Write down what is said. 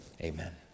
amen